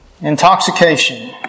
Intoxication